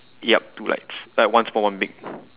yup two lights like one small one big